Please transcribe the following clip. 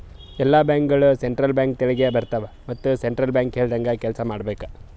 ಎಲ್ಲಾ ಬ್ಯಾಂಕ್ಗೋಳು central bank ತೆಳಗೆ ಬರ್ತಾವ ಮತ್ ಸೆಂಟ್ರಲ್ ಬ್ಯಾಂಕ್ ಹೇಳ್ದಂಗೆ ಕೆಲ್ಸಾ ಮಾಡ್ಬೇಕ್